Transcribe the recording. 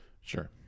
Sure